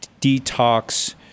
detox